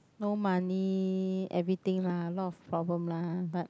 no money everything lah a lot of problem lah but